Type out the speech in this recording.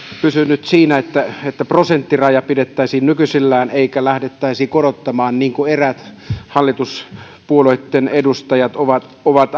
pysynyt siinä että että prosenttiraja pidettäisiin nykyisellään eikä lähdettäisi korottamaan niin kuin eräät hallituspuolueitten edustajat ovat ovat